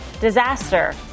disaster